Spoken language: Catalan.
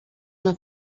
una